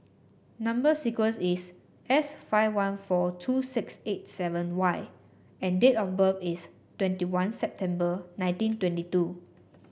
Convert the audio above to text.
number sequence is S five one four two six eight seven Y and date of birth is twenty one September nineteen twenty two